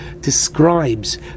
describes